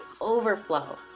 overflow